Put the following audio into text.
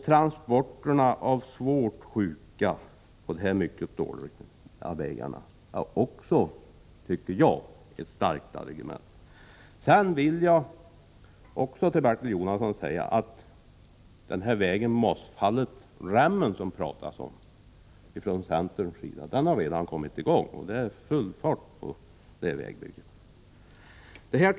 Transporterna av svårt sjuka på dessa mycket dåliga vägar tycker jag också är ett starkt argument för en upprustning. Vägen Mossfallet-Rämmen, som centern talar om, Bertil Jonasson, har redan börjat byggas. Det är full fart på det vägbygget.